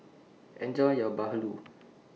Enjoy your Bahulu